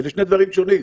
אלו שני דברים שונים.